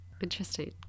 interesting